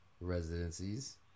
residencies